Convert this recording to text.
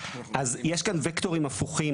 אז יש כאן וקטורים הפוכים.